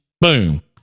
boom